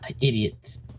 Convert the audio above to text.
idiots